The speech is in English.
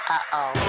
Uh-oh